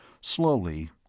Slowly